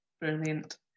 Brilliant